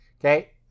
Okay